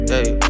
Hey